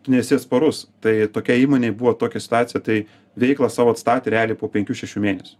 tu nesi sparus tai tokioj įmonėj buvo tokia situacija tai veiklą savo atstatė realiai po penkių šešių mėnesių